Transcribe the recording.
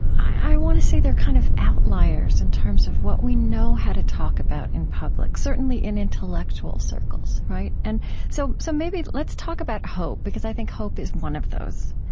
i want to say they're kind of outliers in terms of what we know how to talk about in public. certainly in intellectual circles, right? and so, so maybe, let's talk about hope, because i think hope is one of those